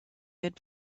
good